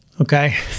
okay